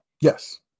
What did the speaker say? Yes